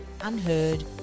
unheard